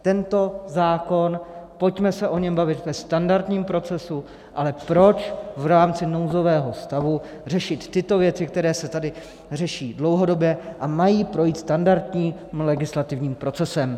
Tento zákon, pojďme se o něm bavit ve standardním procesu, ale proč v rámci nouzového stavu řešit tyto věci, které se tady řeší dlouhodobě a mají projít standardním legislativním procesem?